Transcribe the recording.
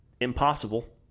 impossible